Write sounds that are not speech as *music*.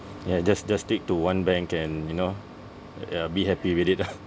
ya just just stick to one bank and you know ya be happy with it lah *noise*